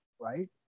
right